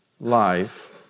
life